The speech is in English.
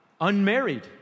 Unmarried